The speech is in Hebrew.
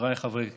חבריי חברי הכנסת,